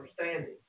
standing